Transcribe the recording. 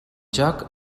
joc